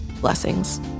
blessings